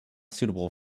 suitable